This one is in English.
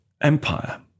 empire